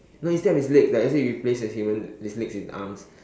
no instead of its legs like let's say you replace a human its legs with arms